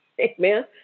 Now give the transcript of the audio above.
Amen